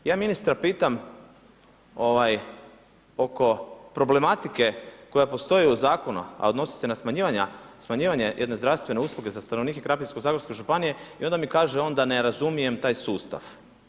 Ja ministra pitam oko problematike koja postoji u Zakonu, a odnosi se na smanjivanje jedne zdravstvene usluge za stanovnike Krapinsko-zagorske županije i onda mi kaže on da ne razumijem taj sustav.